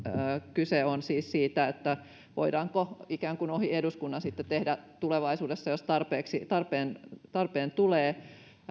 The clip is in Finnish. kyse on siis siitä voidaanko ikään kuin ohi eduskunnan sitten tulevaisuudessa jos tarpeen tarpeen tulee